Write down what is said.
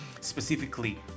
specifically